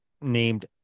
named